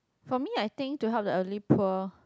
for me I think to help the elderly poor